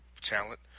talent